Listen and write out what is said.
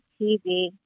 TV